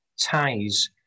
ties